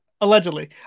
allegedly